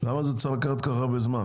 למה זה צריך לקחת כל כך הרבה זמן?